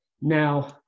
Now